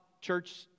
church